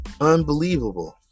Unbelievable